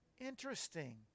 Interesting